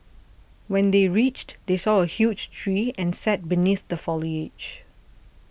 when they reached they saw a huge tree and sat beneath the foliage